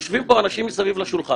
לסיים, אחרי זה נענה.